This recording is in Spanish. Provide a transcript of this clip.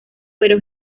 pero